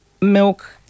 milk